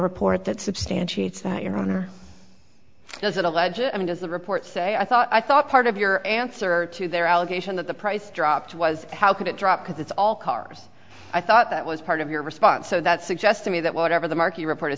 report that substantiates that your honor so is it a legit i mean does the report say i thought i thought part of your answer to their allegation that the price dropped was how could it drop because it's all cars i thought that was part of your response so that suggests to me that whatever the marquis report